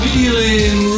Feeling